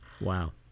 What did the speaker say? Wow